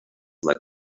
like